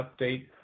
update